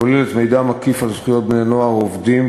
הכוללת מידע מקיף על זכויות בני-נוער עובדים,